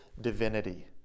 divinity